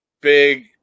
big